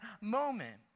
moment